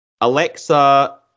Alexa